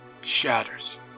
shatters